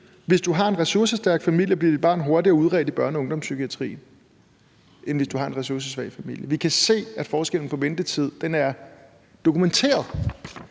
Hvis du har en ressourcestærk familie, bliver dit barn hurtigere udredt i børne- og ungdomspsykiatrien, end hvis du har en ressourcesvag familie. Vi kan se, at forskellen på ventetid er dokumenteret.